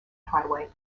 highway